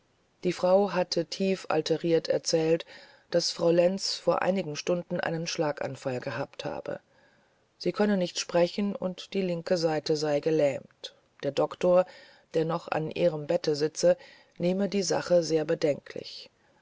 die frau hatte tief alteriert erzählt daß frau lenz vor einigen stunden einen schlaganfall gehabt habe sie könne nicht sprechen und die linke seite sei gelähmt der doktor der noch an ihrem bette sitze nehme die sache sehr bedenklich